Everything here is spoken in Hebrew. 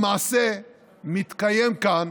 למעשה, מתקיימים כאן